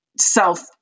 self